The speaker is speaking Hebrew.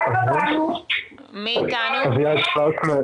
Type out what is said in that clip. מי אתנו?